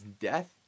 death